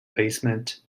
basement